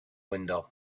window